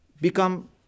Become